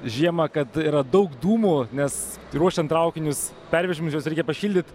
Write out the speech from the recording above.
žiemą kad yra daug dūmų nes ruošiant traukinius pervežimam juos reikia pašildyt